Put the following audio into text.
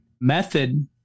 method